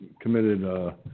committed